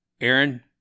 Aaron